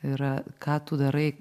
yra ką tu darai